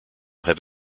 have